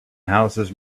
houses